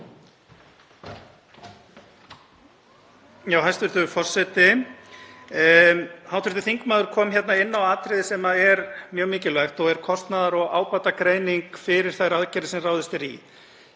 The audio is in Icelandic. Hæstv. forseti. Hv. þingmaður kom hér inn á atriði sem er mjög mikilvægt og er kostnaðar- og ábatagreining fyrir þær aðgerðir sem ráðist er í.